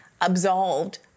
absolved